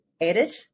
edit